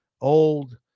old-